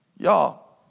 Y'all